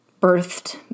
birthed